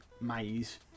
maze